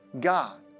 God